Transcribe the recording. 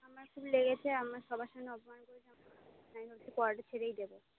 আমার খুব লেগেছে আমায় সবার সামনে অপমান করেছে আমি নাইনে উঠলে পড়াটা ছেড়েই দেব